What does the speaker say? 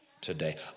today